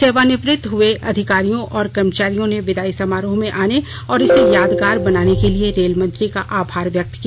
सेवानिवृत्त हुए अधिकारियों और कर्मचारियों ने विदाई समारोह में आने और इसे यादगार बनाने के लिए रेल मंत्री का आमार व्यक्त किया